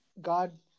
God